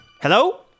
Hello